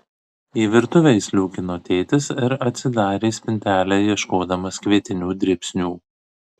į virtuvę įsliūkino tėtis ir atsidarė spintelę ieškodamas kvietinių dribsnių